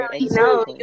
no